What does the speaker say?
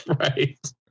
Right